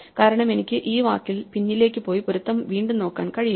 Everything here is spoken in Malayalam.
കാരണം എനിക്ക് ഈ വാക്കിൽ പിന്നിലേക്ക് പോയി പൊരുത്തം വീണ്ടും നോക്കാൻ കഴിയില്ല